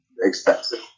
expensive